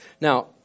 Now